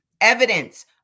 evidence